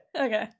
Okay